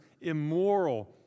immoral